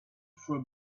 throw